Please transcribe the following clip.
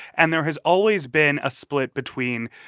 and there has always been a split between,